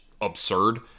absurd